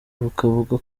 bukavuga